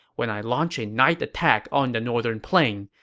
when i launch a night attack on the northern plain,